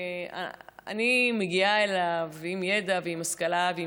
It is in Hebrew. שאני מגיעה אליו עם ידע ועם השכלה ועם